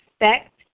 expect